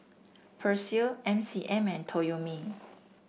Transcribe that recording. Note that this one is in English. Persil M C M and Toyomi